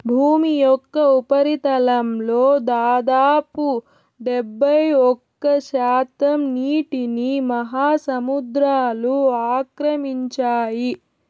భూమి యొక్క ఉపరితలంలో దాదాపు డెబ్బైఒక్క శాతం నీటిని మహాసముద్రాలు ఆక్రమించాయి